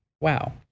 Wow